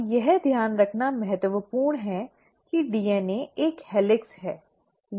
अब यह ध्यान रखना महत्वपूर्ण है कि डीएनए एक हेलिक्स है